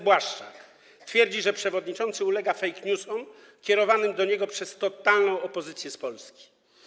Błaszczak twierdzi, że przewodniczący ulega fake newsom kierowanym do niego przez totalną opozycję z Polski.